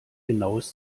genaues